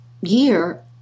year